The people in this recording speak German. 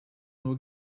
nur